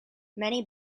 many